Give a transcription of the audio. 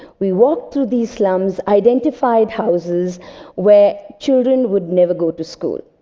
we walked through these slums, identified houses where children would never go to school.